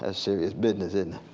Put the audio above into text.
ah serious business isn't